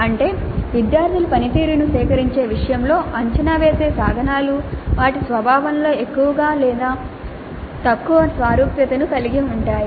అంటే విద్యార్థుల పనితీరును సేకరించే విషయంలో అంచనా వేసే సాధనాలు వాటి స్వభావంలో ఎక్కువ లేదా తక్కువ సారూప్యతను కలిగి ఉంటాయి